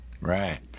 Right